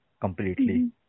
completely